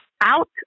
out